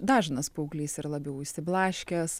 dažnas paauglys ir labiau išsiblaškęs